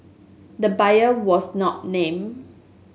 the buyer was not named